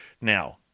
now